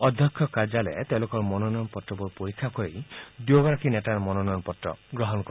অধ্যক্ষ কাৰ্যালয়ে তেওঁলোকৰ মনোনয়ন পত্ৰবোৰ পৰীক্ষা কৰি দুয়োগৰাকী নেতাৰ মনোনয়ন পত্ৰ গ্ৰহণ কৰে